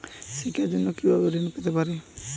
শিক্ষার জন্য কি ভাবে ঋণ পেতে পারি?